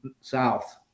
south